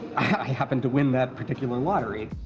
i happened to win that particular lottery.